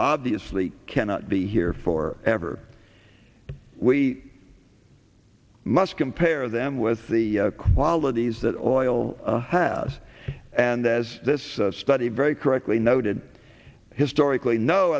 obviously cannot be here for ever we must compare them with the qualities that oil has and as this study very correctly noted historically no